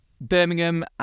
Birmingham